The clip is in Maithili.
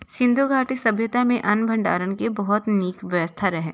सिंधु घाटी सभ्यता मे अन्न भंडारण के बहुत नीक व्यवस्था रहै